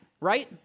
right